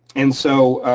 and so